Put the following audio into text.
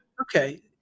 Okay